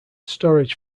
storage